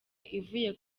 ivuye